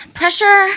pressure